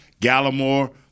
Gallimore